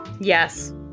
Yes